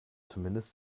zumindest